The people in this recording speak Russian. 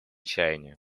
чаяния